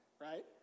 right